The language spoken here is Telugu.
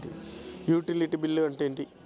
యుటిలిటీ బిల్లు అంటే ఏమిటి?